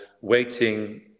waiting